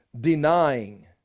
denying